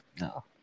no